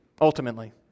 ultimately